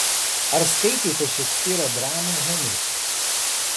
ar skaitėte šekspyro dramą henrikas